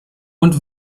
und